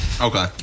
Okay